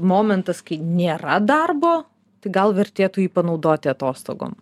momentas kai nėra darbo tai gal vertėtų jį panaudoti atostogom